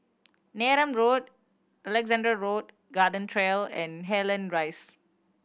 Neram Road Alexandra Road Garden Trail and Cairnhill Rise